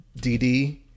DD